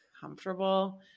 comfortable